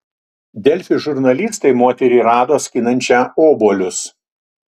delfi žurnalistai moterį rado skinančią obuolius